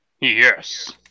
yes